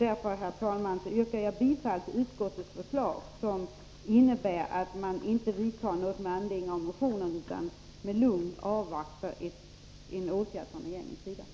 Därför, herr talman, yrkar jag bifall till utskottets förslag, som innebär att man inte vidtar något med anledning av motionerna utan med lugn avvaktar regeringens åtgärder.